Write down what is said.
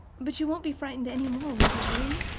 but you won't be frightened any more, ruby, will you?